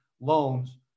loans